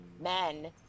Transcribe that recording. men